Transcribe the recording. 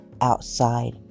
outside